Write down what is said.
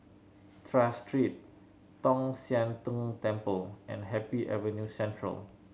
Tras Street Tong Sian Tng Temple and Happy Avenue Central